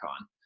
on